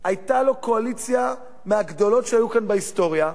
היתה לו קואליציה מהגדולות שהיו כאן בהיסטוריה,